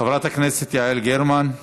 חברת הכנסת יעל גרמן,